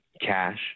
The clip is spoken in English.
cash